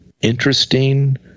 interesting